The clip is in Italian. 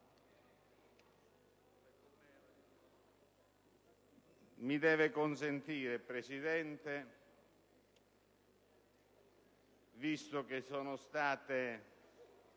Mi deve consentire, signora Presidente, visto che sono state